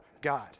God